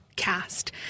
Cast